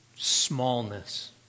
Smallness